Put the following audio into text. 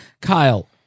Kyle